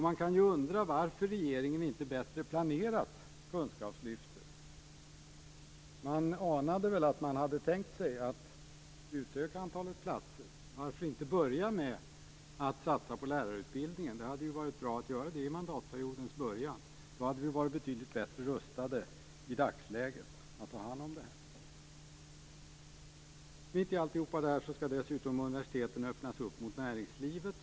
Man kan undra varför regeringen inte bättre planerat kunskapslyftet. Jag anade att man hade tänkt sig att utöka antalet platser. Varför inte börja med att satsa på lärarutbildningen? Det hade ju varit bra att göra det i mandatperiodens början. Då hade vi varit betydligt bättre rustade i dagsläget för att ta hand om det här. Mitt i allt detta skall universiteten dessutom öppnas upp mot näringslivet.